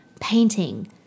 painting